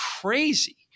crazy